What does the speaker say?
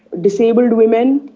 disabled women,